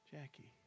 Jackie